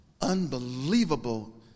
unbelievable